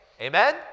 amen